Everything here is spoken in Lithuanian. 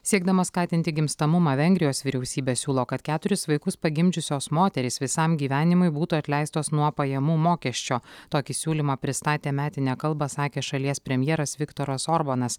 siekdama skatinti gimstamumą vengrijos vyriausybė siūlo kad keturis vaikus pagimdžiusios moterys visam gyvenimui būtų atleistos nuo pajamų mokesčio tokį siūlymą pristatė metinę kalbą sakęs šalies premjeras viktoras orbanas